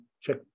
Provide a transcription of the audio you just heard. check